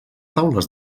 taules